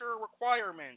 requirement